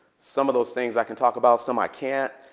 some of those things i can talk about. some i can't.